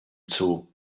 zoo